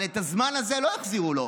אבל את הזמן הזה לא החזירו לו.